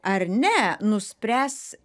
ar ne nuspręs